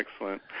Excellent